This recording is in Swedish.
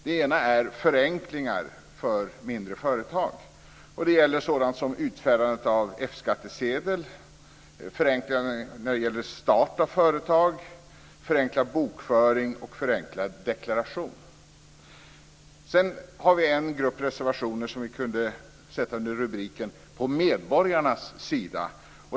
Det ena är förenklingar för mindre företag. Det gäller sådant som utfärdande av F-skattesedel, förenklingar när det gäller start av företag, förenklad bokföring och förenklad deklaration. Sedan har vi en grupp av reservationer som kan sättas under rubriken "På medborgarnas sida".